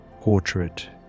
portrait